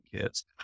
kids